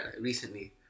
recently